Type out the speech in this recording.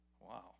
Wow